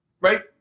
right